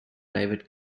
private